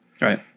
Right